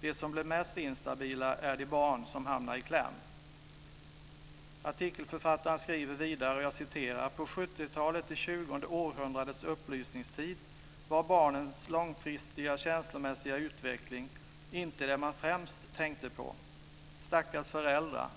De som blir mest instabila är de barn som hamnar i kläm. Artikelförfattaren skriver vidare: På 1970-talet, det tjugonde århundradets upplysningstid, var barnens långfristiga känslomässiga utveckling inte det man främst tänkte på. Stackars föräldrar!